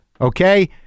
Okay